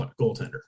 goaltender